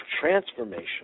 transformation